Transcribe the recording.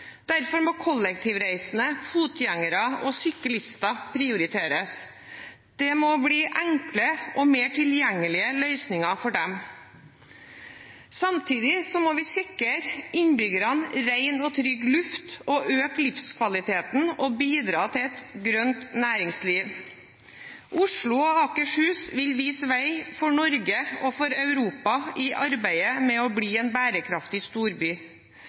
Derfor må kollektivreisende, fotgjengere og syklister prioriteres – det må bli enklere og mer tilgjengelige løsninger for dem. Samtidig må vi sikre innbyggerne ren og trygg luft, øke livskvaliteten og bidra til et grønt næringsliv. Oslo og Akershus vil vise vei for Norge og for Europa i arbeidet med å bli en bærekraftig storby.